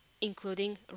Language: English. including